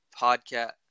podcast